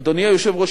אדוני היושב-ראש,